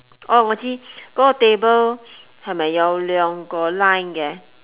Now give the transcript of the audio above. orh ngo zi go table hai mai jau go loeng loeng go line ge